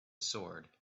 sword